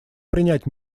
принять